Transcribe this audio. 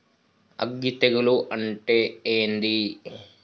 అగ్గి తెగులు అంటే ఏంది?